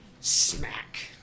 smack